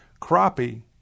Crappie